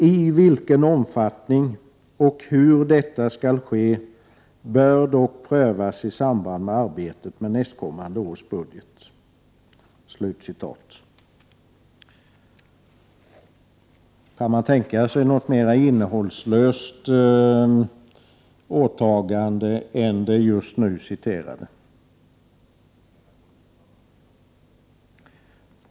I vilken omfattning och hur detta skall ske bör dock prövas i samband med arbetet med nästkommande års budget.” Kan man tänka sig något mera innehållslöst åtagande än det just nu citerade?